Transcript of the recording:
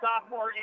Sophomore